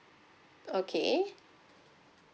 okay